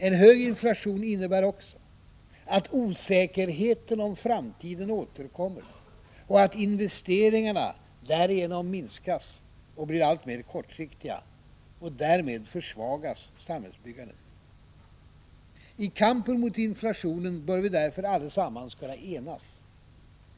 — En hög inflation innebär också att osäkerheten om framtiden återkommer och att investeringarna därigenom minskas och blir alltmer kortsiktiga. Därmed försvagas samhällsbyggandet. I kampen mot inflationen bör vi därför allesamman kunna enas.